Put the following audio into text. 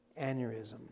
aneurysm